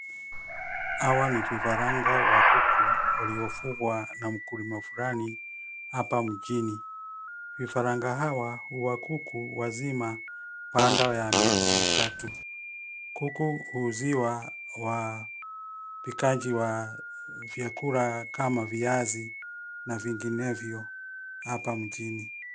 Hawa ni vifaranga wa kuku, waliofugwa na mkulima fulani, hapa mjini, vifaranga hawa wa kuku wazima, baada ya miezi tatu, kuku huuziwa, wa, pikaji wa, vyakula kama viazi, na vinginevyo, hapa mjini.